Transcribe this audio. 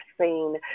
seen